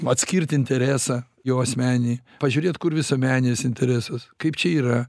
atskirt interesą jo asmeninį pažiūrėt kur visuomeninis interesas kaip čia yra